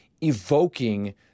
evoking